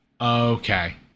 Okay